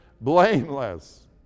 blameless